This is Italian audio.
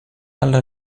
alla